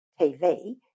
TV